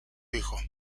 hijo